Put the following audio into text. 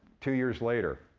two years later.